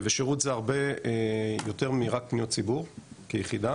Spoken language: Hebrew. ושירות זה הרבה יותר מאשר רק פניות ציבור כיחידה,